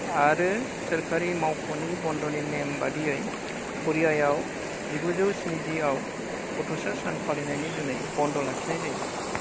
आरो सोरखारि मावख'नि बन्द'नि नेम बादियै क'रियायाव जिगुजौ स्निजि आव गथ'सा सान फालिनायनि जुनै बन्द' लाखिनाय जायो